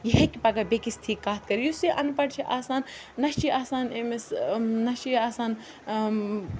یہِ ہیٚکہِ پَگاہ بیٚکِس تھی کَتھ کٔرِتھ یُس یہِ اَن پَڑھ چھِ آسان نہ چھِ یہِ آسان أمِس نہ چھِ یہِ آسان